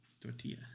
Tortilla